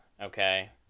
Okay